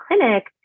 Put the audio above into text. clinic